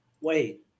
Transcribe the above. Wait